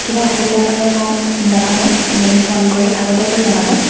কিবা অসুবিধা পালে মোক জনাব আপুনি ফোন কৰি আগতীয়াকৈ জনাব